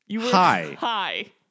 Hi